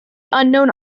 unknown